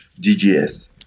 DGS